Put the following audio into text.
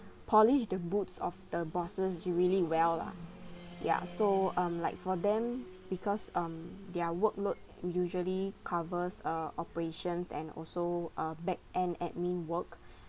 polish the boots of the bosses he really well lah ya so um like for them because um their workload usually covers uh operations and also uh back-end admin work